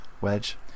Wedge